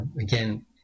again